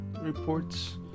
reports